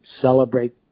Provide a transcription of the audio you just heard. celebrate